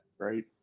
Right